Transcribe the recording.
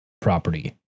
property